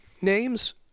names